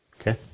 Okay